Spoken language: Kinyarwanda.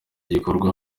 gikorwa